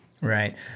Right